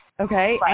Okay